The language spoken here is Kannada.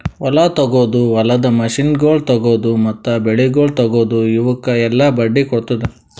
ಹೊಲ ತೊಗೊದು, ಹೊಲದ ಮಷೀನಗೊಳ್ ತೊಗೊದು, ಮತ್ತ ಬೆಳಿಗೊಳ್ ತೊಗೊದು, ಇವುಕ್ ಎಲ್ಲಾ ಬಡ್ಡಿ ಕೊಡ್ತುದ್